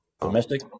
Domestic